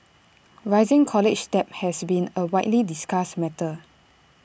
rising college debt has been A widely discussed matter